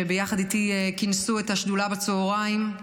שביחד איתי כינסו את השדולה בצוהריים,